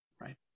right